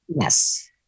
Yes